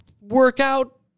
workout